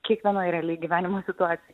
kiekvienoj realiai gyvenimo situaci